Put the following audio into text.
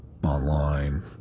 online